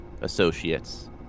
associates